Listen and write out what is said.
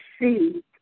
see